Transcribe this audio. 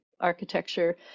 architecture